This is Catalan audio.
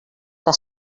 que